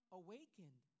awakened